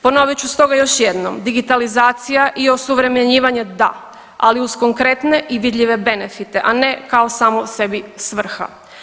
Ponovit ću stoga još jednom digitalizacija i osuvremenjivanje da, ali uz konkretne i vidljive benefite a ne kao samom sebi svrha.